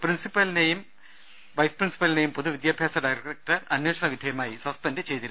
പ്രിൻസിപ്പലിനെയും vice പ്രിൻസിപ്പ ലിനെയും പൊതു വിദ്യാഭ്യാസ ഡയറക്ടർ അന്വേഷണ വിധേയമായി സസ്പെന്റ് ചെയ്തിരുന്നു